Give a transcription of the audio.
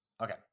Okay